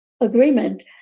Agreement